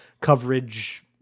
coverage